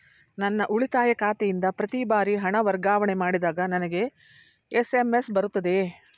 ನನ್ನ ಉಳಿತಾಯ ಖಾತೆಯಿಂದ ಪ್ರತಿ ಬಾರಿ ಹಣ ವರ್ಗಾವಣೆ ಮಾಡಿದಾಗ ನನಗೆ ಎಸ್.ಎಂ.ಎಸ್ ಬರುತ್ತದೆಯೇ?